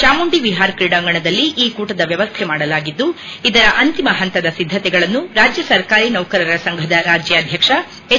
ಚಾಮುಂಡಿ ವಿಹಾರ್ ಕ್ರೀಡಾಂಗಣದಲ್ಲಿ ಈ ಕೂಟದ ವ್ಯವಸ್ಥೆ ಮಾಡಲಾಗಿದ್ದು ಇದರ ಅಂತಿಮ ಹಂತದ ಸಿದ್ದತೆಗಳನ್ನು ರಾಜ್ಯ ಸರಕಾರಿ ನೌಕರರ ಸಂಘದ ರಾಜ್ಯಾಧ್ಯಕ್ಷ ಎಚ್